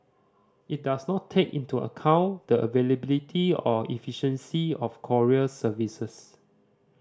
it does not take into account the availability or efficiency of courier services